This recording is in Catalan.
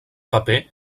paper